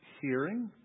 Hearing